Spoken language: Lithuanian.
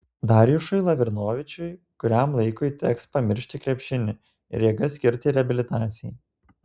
darjušui lavrinovičiui kuriam laikui teks pamiršti krepšinį ir jėgas skirti reabilitacijai